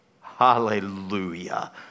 Hallelujah